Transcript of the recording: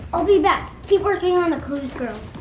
i'll be back, keep working on the clues, girls.